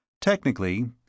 Technically